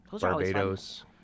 Barbados